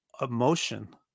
emotion